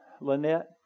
Lynette